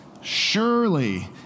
surely